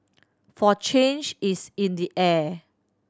for change is in the air